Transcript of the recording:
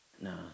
No